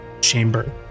chamber